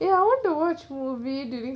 ya I want to watch movie during